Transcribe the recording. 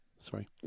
Sorry